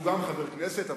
שהוא גם חבר כנסת,